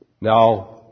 Now